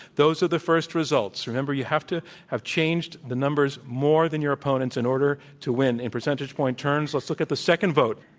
those are the first results. remember, you have to have changed the numbers more than your opponent in order to win, in percentage point terms. let's look at the second vote.